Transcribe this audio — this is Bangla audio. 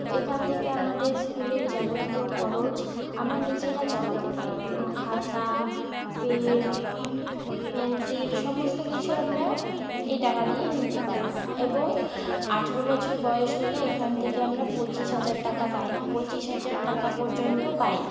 তো এখান থেকে আমাদের স্কুলের যাবতীয় খরচ আমরা নিজেরা চালাতে পারি যেমন খাতা পেন পেনসিল সমস্ত কিছু আমরা এই টাকা দিয়েই নিতে পারি এবং আঠেরো বছর বয়স হলে এখান থেকে আমরা পঁচিশ হাজার টাকা পাই পঁচিশ হাজার টাকা পর্যন্ত পাই